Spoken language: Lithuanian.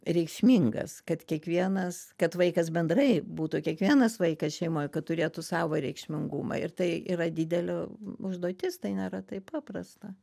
reikšmingas kad kiekvienas kad vaikas bendrai būtų kiekvienas vaikas šeimoj kad turėtų savo reikšmingumą ir tai yra didelė užduotis tai nėra taip paprasta